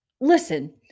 listen